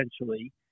essentially